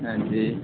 हां जी